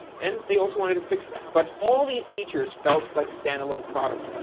and they also wanted to fix that. but all these features felt like stand-alone products,